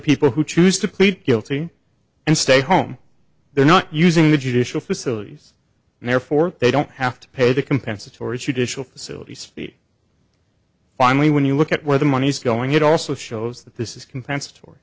people who choose to plead guilty and stay home they're not using the judicial facilities and therefore they don't have to pay the compensatory judicial facilities fee finally when you look at where the money's going it also shows that this is compensatory